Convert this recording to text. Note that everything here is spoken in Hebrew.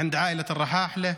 אצל משפחת אל-רחאחלה.